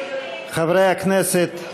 חברי הכנסת,